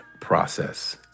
process